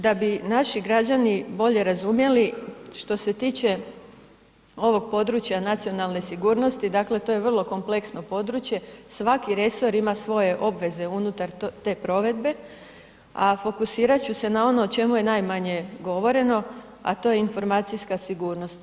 Da bi naši građani bolje razumjeli što se tiče ovog područja nacionalne sigurnosti, dakle to je vrlo kompleksno područje, svaki resor ima svoje obveze unutar te provedbe, a fokusirat ću se na ono o čemu je najmanje govoreno, a to je informacijska sigurnost.